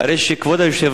כבוד השר,